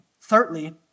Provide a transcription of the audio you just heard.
Thirdly